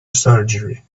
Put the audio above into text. surgery